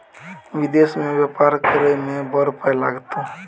विदेश मे बेपार करय मे बड़ पाय लागतौ